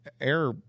air